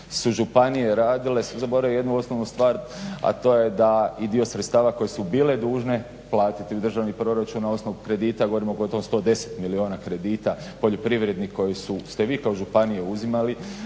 su županije radile, su zaboravile jednu osnovnu stvar a to je da i dio sredstava koje su bile dužne platiti u državni proračun na osnovu kredita. Govorimo o gotovo 110 milijuna kredita poljoprivrednih koje ste vi kao županija uzimali